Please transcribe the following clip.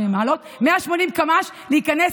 קמ"ש להיכנס.